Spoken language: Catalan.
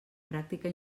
pràctica